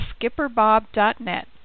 skipperbob.net